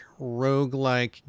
roguelike